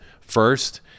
first